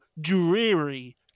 dreary